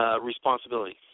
responsibility